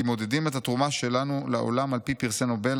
אם מודדים את התרומה שלנו לעולם על פי פרסי נובל,